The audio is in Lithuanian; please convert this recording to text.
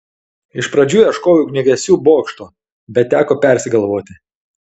iš pradžių ieškojau ugniagesių bokšto bet teko persigalvoti